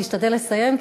תשתדל לסיים,